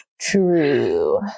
True